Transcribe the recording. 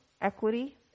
Equity